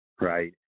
right